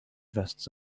vests